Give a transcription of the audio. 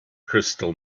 crystal